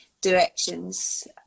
directions